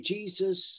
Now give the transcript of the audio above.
Jesus